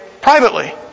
privately